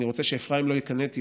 אני רוצה שאפרים לא יקנא את יהודה,